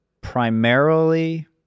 primarily